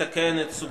תעבור להכנה לקריאה